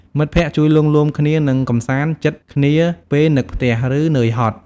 មិត្តភក្តិជួយលួងលោមគ្នា និងកម្សាន្តចិត្តគ្នាពេលនឹកផ្ទះ ឬនឿយហត់។